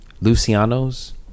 luciano's